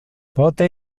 pote